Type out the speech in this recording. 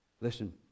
Listen